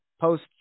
post